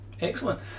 Excellent